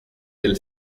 del